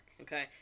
Okay